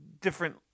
different